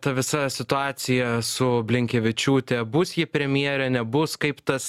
ta visa situacija su blinkevičiūte bus ji premjerė nebus kaip tas